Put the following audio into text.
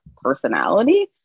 personality